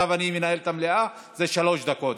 עכשיו אני מנהל את המליאה, זה שלוש דקות.